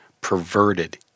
perverted